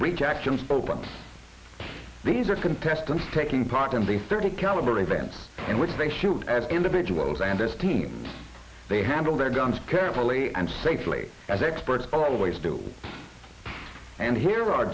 actions open these are contestants taking part in the thirty caliber events in which they shoot as individuals and as teams they handle their guns carefully and safely as experts always do and here are